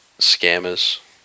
scammers